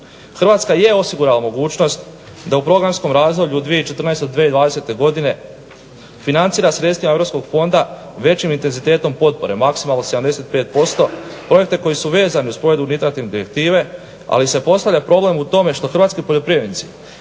Hrvatska je osigurala mogućnost da u programskom razvoju od 2014.-2020. godine financira sredstvima europskog fonda većim intenzitetom potpore, maksimalno 75%, promete koji su vezani uz … direktive ali se postavlja problem u tome što hrvatski poljoprivrednici